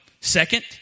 Second